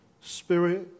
Spirit